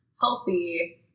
healthy